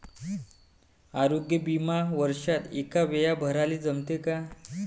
आरोग्य बिमा वर्षात एकवेळा भराले जमते का?